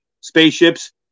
spaceships